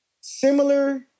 similar